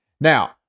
Now